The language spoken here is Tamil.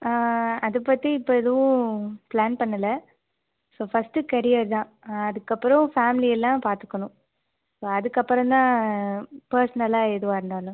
அதைப்பத்தி இப்போ எதுவும் ப்ளான் பண்ணலை ஸோ ஃபஸ்ட்டு கெரியர் தான் அதுக்கப்புறம் ஃபேம்லிலாம் பார்த்துக்கணும் ஸோ அதுக்கப்புறந்தான் பர்ஸ்னலாக எதுவாக இருந்தாலும்